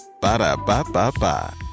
Ba-da-ba-ba-ba